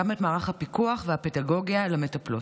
גם את מערך הפיקוח והפדגוגיה למטפלות.